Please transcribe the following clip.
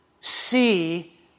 see